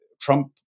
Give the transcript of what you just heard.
Trump